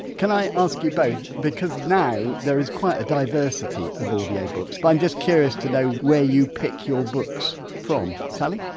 can i ask you both because now there is quite a diversity of audiobooks, but i'm just curious to know where you pick your books from sally?